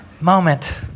moment